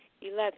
Eleven